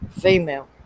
female